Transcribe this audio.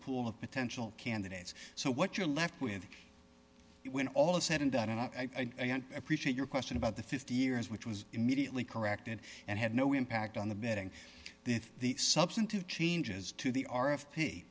pool of potential candidates so what you're left with when all is said and done and i appreciate your question about the fifty years which was immediately corrected and had no impact on the betting that the substantive changes to the